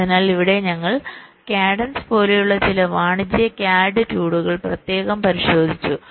അതിനാൽ ഇവിടെ ഞങ്ങൾ കാഡൻസ് പോലെയുള്ള ചില വാണിജ്യ CAD ടൂളുകൾ പ്രത്യേകം പരിശോധിച്ചു